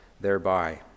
thereby